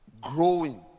growing